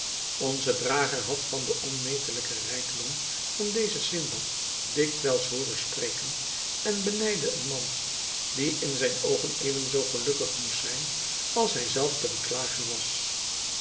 onze drager had van den onmetelijken rijkdom van dezen sindbad dikwijls hooren spreken en benijdde een man die in zijne oogen even zoo gelukkig moest zijn als hij zelf te beklagen was